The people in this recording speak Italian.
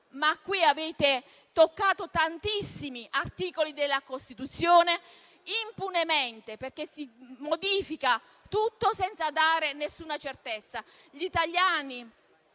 ma avete toccato tantissimi articoli della Costituzione impunemente, modificando tutto senza dare alcuna certezza.